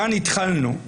כאן התחלנו.